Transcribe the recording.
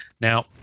Now